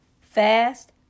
fast